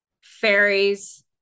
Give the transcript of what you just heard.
fairies